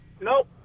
Nope